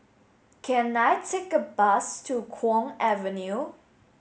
can I take a bus to Kwong Avenue